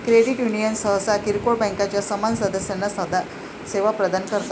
credit union सहसा किरकोळ बँकांच्या समान सदस्यांना सेवा प्रदान करतात